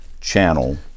channel